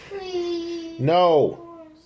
No